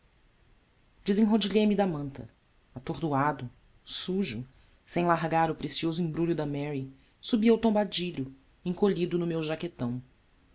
o senhor desenrodilhei me da manta atordoado sujo sem largar o precioso embrulho da mary subi ao tombadilho encolhido no meu jaquetão